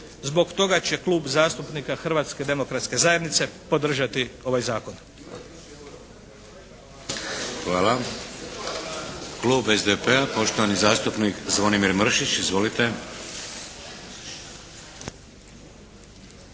Zbog toga će Klub zastupnika Hrvatske demokratske zajednice podržati ovaj zakon.